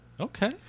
Okay